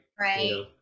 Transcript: right